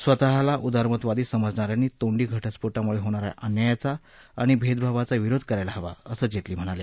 स्वतःला उदारमतवादी समजणाऱ्यांनी तोंडी घटस्फोटामुळे होणाऱ्या अन्यायाचा आणि भेदभावाचा विरोध करायला हवा असं जेटली म्हणाले